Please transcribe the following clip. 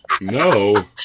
No